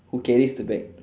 who carries the bag